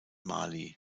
mali